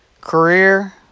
career